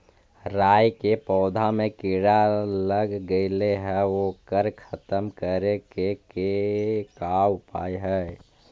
राई के पौधा में किड़ा लग गेले हे ओकर खत्म करे के का उपाय है?